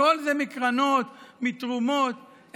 הכול זה מקרנות, מתרומות.